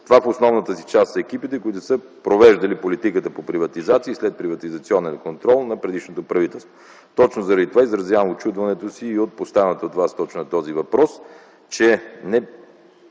Това в основната си част са екипите, които са провеждали политиката по приватизация и следприватизационен контрол на предишното правителство. Точно затова изразявам учудването си от поставянето от вас точно на този въпрос, че